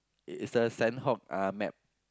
it is a sand hog uh map